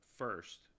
first